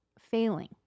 failing